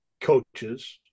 coaches